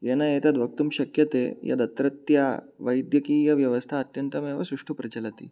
येन एतत् वक्तुं शक्यते यद् अत्रत्या वैद्यकीयव्यवस्था अत्यन्तमेव सुष्ठु प्रचलति